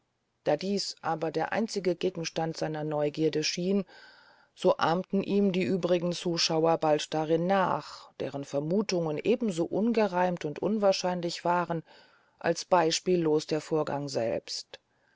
da dies aber der einzige gegenstand seiner neugierde schien so ahmten ihm die übrigen zuschauer bald darin nach deren vermuthungen eben so ungereimt und unwahrscheinlich waren als beyspiellos der vorgang selbst